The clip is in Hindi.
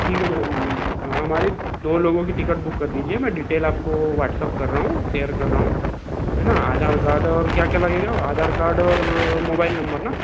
ठीक है मैडम हमारी दो लोगों की टिकट बुक कर दीजिए मैं डीटेल आपको वाट्सअप कर रहा हूँ सेयर कर रहा हूँ है न आधार कार्ड और क्या क्या लगेगा आधार कार्ड और मोबाइल नम्बर न